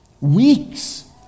weeks